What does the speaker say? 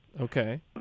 Okay